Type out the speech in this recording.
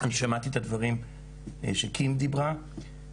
אני שמעתי את הדברים שקים דיברה עליהם.